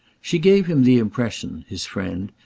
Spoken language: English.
she gave him the impression, his friend,